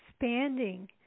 expanding